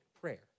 prayer